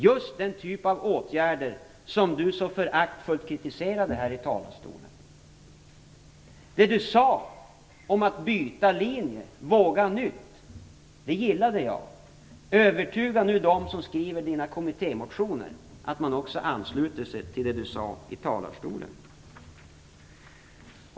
Det är fråga om åtgärder som Anne Wibble så föraktfullt kritiserade i talarstolen. Jag gillade det Anne Wibble sade om att byta linje och våga nytt. Övertyga nu dem som skriver kommittémotionerna att ansluta sig till det som sades i talarstolen.